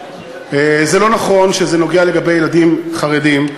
זה לא נכון שזה נוגע לילדים חרדים,